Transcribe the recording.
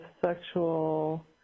sexual